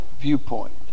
viewpoint